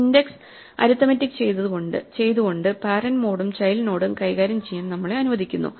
index arithmetic ചെയ്തുകൊണ്ട് parent മോഡും child നോഡും കൈകാര്യം ചെയ്യാൻ നമ്മളെ അനുവദിക്കുന്നു